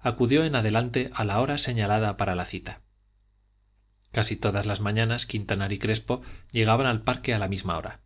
acudió en adelante a la hora señalada para la cita casi todas las mañanas quintanar y crespo llegaban al parque a la misma hora